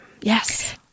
Yes